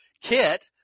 kit